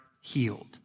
healed